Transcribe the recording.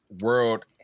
World